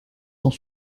sont